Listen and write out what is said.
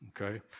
okay